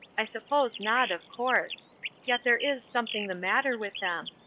i suppose not, of course yet there is something the matter with them.